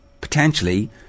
potentially